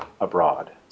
abroad